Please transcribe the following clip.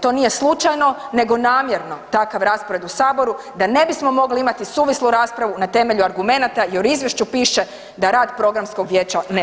To nije slučajno, nego namjerno takav raspored u Saboru da ne bismo mogli imati suvislu raspravu na temelju argumenata jer u izvješću piše da rad Programskog vijeća ne valja.